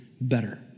better